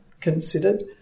considered